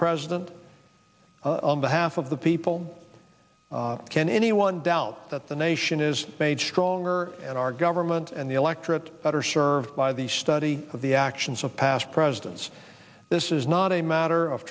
president of behalf of the people can anyone doubt that the nation is made stronger and our government and the electorate better served by the study of the actions of past presidents this is not a matter of